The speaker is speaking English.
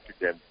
again